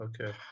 Okay